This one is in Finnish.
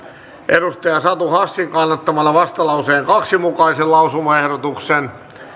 on satu hassin kannattamana vastalauseen kahden mukaisen lausumaehdotuksen